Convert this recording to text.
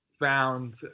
found